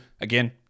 Again